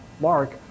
mark